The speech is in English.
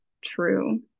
true